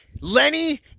Lenny